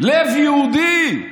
לב יהודי,